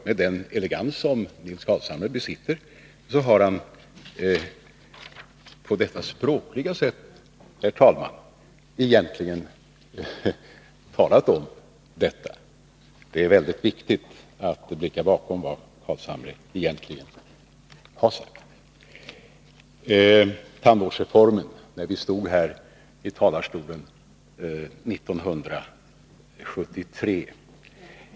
Med den språkliga elegans som Nils Carlshamre besitter har han egentligen talat om just detta. Det är viktigt att blicka bakom vad Nils Carlshamre egentligen har sagt. Nils Carlshamre talade om tandvårdsreformen och hur vi diskuterade den 1973.